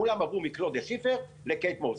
כולם עברו מקלודיה שיפר לקייט מוס,